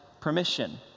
permission